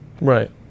Right